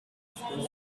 islands